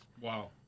Wow